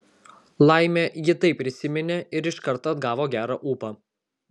laimė ji tai prisiminė ir iškart atgavo gerą ūpą